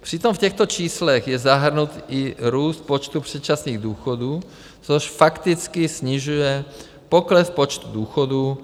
Přitom v těchto číslech je zahrnut i růst počtu předčasných důchodů, což fakticky snižuje pokles počtu důchodů.